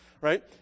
right